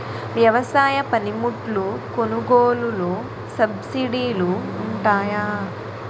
వ్యవసాయ పనిముట్లు కొనుగోలు లొ సబ్సిడీ లు వుంటాయా?